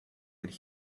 could